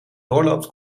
doorloopt